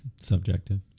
Subjective